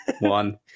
one